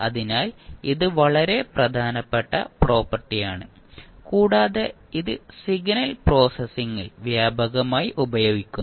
അതിനാൽ ഇത് വളരെ പ്രധാനപ്പെട്ട പ്രോപ്പർട്ടി ആണ് കൂടാതെ ഇത് സിഗ്നൽ പ്രോസസ്സിംഗിൽ വ്യാപകമായി ഉപയോഗിക്കുന്നു